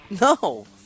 no